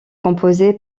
composée